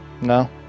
No